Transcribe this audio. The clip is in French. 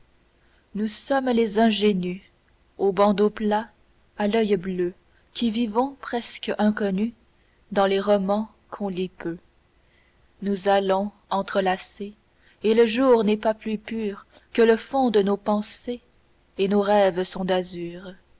nous sommes les ingénues aux bandeaux plats à l'oeil bleu qui vivons presque inconnues dans les romans qu'on lit peu nous allons entrelacées et le jour n'est pas plus pur que le fond de nos pensées et nos rêves sont d'azur